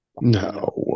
no